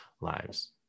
lives